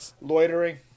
Loitering